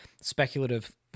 speculative